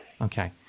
Okay